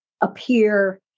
appear